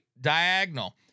Diagonal